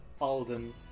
Alden